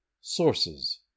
Sources